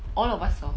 all of us saw